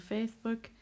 Facebook